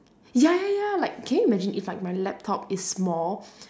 ya ya ya like can you imagine if like my laptop is small